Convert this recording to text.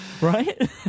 Right